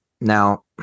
Now